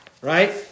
right